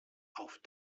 auf